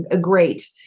great